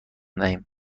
دهیم